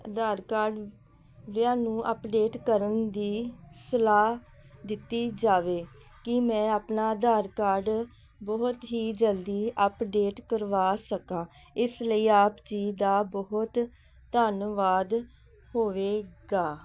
ਆਧਾਰ card ਨੂੰ update ਕਰਨ ਦੀ ਸਲਾਹ ਦਿੱਤੀ ਜਾਵੇ ਕਿ ਮੈਂ ਆਪਣਾ ਆਧਾਰ ਕਾਰਡ ਬਹੁਤ ਹੀ ਜਲਦੀ ਅਪਡੇਟ ਕਰਵਾ ਸਕਾਂ ਇਸ ਲਈ ਆਪ ਜੀ ਦਾ ਬਹੁਤ ਧੰਨਵਾਦ ਹੋਵੇਗਾ